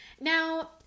Now